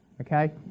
okay